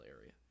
area